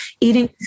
eating